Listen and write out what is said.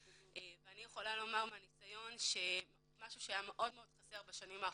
ואני יכולה לומר מהניסיון שמה שהיה חסר מאוד בשנים האחרונות,